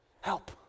Help